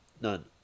None